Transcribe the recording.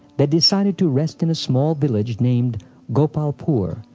they decided to rest in a small village named gopalpur,